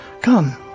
come